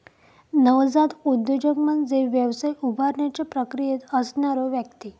नवजात उद्योजक म्हणजे व्यवसाय उभारण्याच्या प्रक्रियेत असणारो व्यक्ती